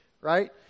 right